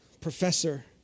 Professor